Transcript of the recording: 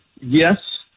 Yes